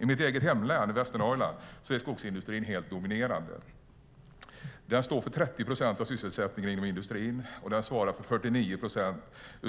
I mitt hemlän Västernorrland är skogsindustrin helt dominerande. Den står för 30 procent av sysselsättningen inom industrin, och den svarar för 49 procent